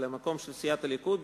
במקום של סיעת הליכוד,